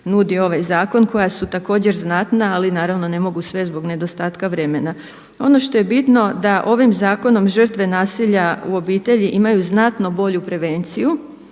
nudi ovaj zakon koja su također znatna ali naravno ne mogu sve zbog nedostatka vremena. Ono što je bitno da ovim zakonom žrtve nasilja u obitelji imaju znatno bolju prevenciju